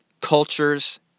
cultures